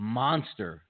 monster